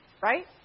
Right